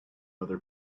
other